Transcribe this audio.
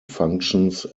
functions